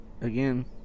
again